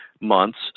months